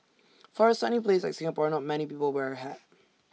for A sunny place like Singapore not many people wear A hat